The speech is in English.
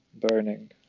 burning